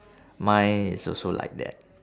mine is also like that